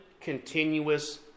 continuous